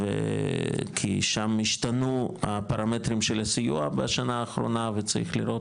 כי שם השתנו הפרמטרים של הסיוע בשנה האחרונה וצריך לראות